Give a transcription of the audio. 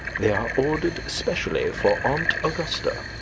they are ordered specially for aunt augusta.